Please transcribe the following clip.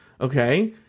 okay